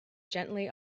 gently